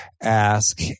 ask